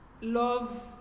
Love